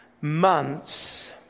months